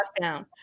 lockdown